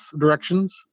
directions